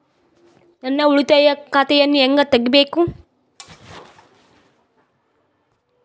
ನಾನು ಉಳಿತಾಯ ಖಾತೆಯನ್ನು ಹೆಂಗ್ ತಗಿಬೇಕು?